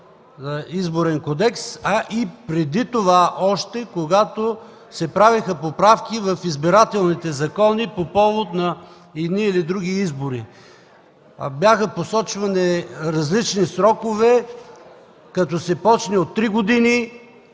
Изборен кодекс, а и още преди това, когато се правеха поправки в избирателните закони по повод на едни или други избори. Бяха посочвани различни срокове, като се започне от три години,